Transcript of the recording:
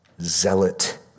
zealot